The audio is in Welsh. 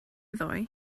ddoe